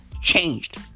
changed